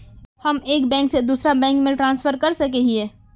हम एक बैंक से दूसरा बैंक में ट्रांसफर कर सके हिये?